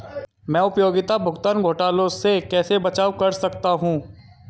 मैं उपयोगिता भुगतान घोटालों से कैसे बचाव कर सकता हूँ?